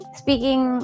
speaking